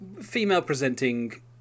female-presenting